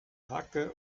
hacke